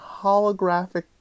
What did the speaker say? holographic